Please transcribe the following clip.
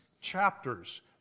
chapters